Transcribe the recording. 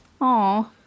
Aw